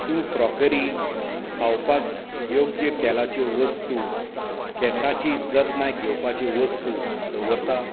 तूं क्रोकरी खावपाक योग्य तेलाच्यो वस्तू केंसांची जतनाय घेवपाच्यो वस्तू दवरता